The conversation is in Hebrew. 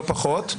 לא פחות,